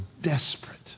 desperate